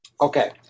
Okay